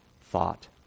thought